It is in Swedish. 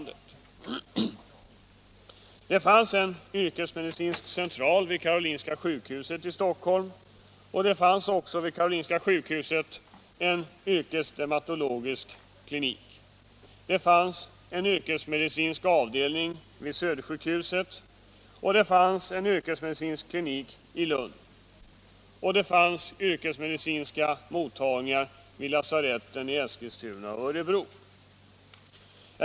Det fanns en yrkesmedicinsk central och en yrkesdermatologisk klinik vid Karolinska sjukhuset i Stockholm, det fanns en yrkesmedicinsk avdelning vid Södersjukhuset, det fanns en yrkesmedicinsk klinik i Lund och det fanns yrkesmedicinska mottagningar vid lasaretten i Eskilstuna och Örebro.